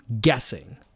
guessing